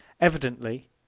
Evidently